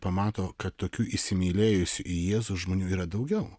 pamato kad tokių įsimylėjusių jėzaus žmonių yra daugiau